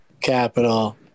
capital